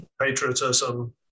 patriotism